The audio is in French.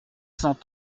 cent